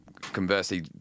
conversely